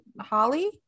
Holly